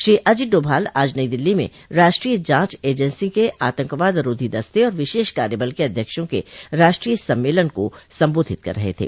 श्री अजित डोभाल आज नई दिल्ली में राष्ट्रीय जांच एजेंसी के आतंकवाद रोधी दस्ते और विशेष कार्यबल के अध्यक्षों के राष्ट्रीय सम्मेलन को सम्बोधित कर रहे थे